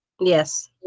Yes